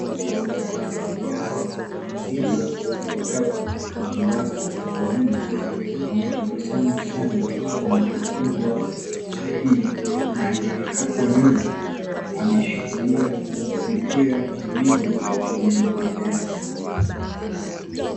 Wachezaji hawa wa mpira wa kikapu wanawake wanne wametabasamu sana wanapigwa picha hii. Aliyehapo nyuma ameshikilia mipira miwili kenye mabega yake.